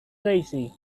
tracy